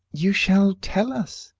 you shall tell us,